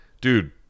dude